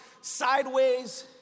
sideways